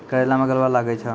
करेला मैं गलवा लागे छ?